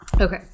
Okay